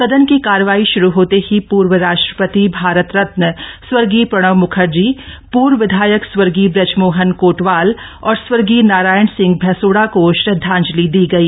सदन की कार्यवाही श्रू होते ही पूर्व राष्ट्रपति भारत रत्न स्वर्गीय प्रणब म्खर्जी पूर्व विधायक स्वर्गीय बजमोहन कोटवाल और स्वर्गीय नारायण सिंह भैंसोड़ा को श्रद्धांजलि दी गई